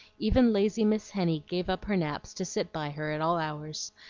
even lazy miss henny gave up her naps to sit by her at all hours,